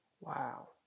Wow